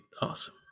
Awesome